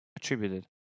Attributed